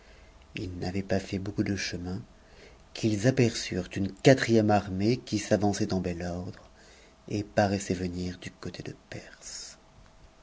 ils n'avaient pas fait beaucoup de chemin qu'ils aperçurent une quatre armée qui s'avançait en bel ordre et paraissait venir du côté de per